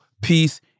peace